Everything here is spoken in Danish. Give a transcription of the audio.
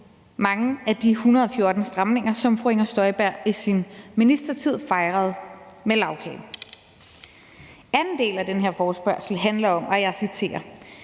mange af de 114 stramninger, som fru Inger Støjberg i sin ministertid fejrede med lagkage. Anden del af den her forespørgsel handler om, og jeg citerer: